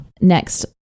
next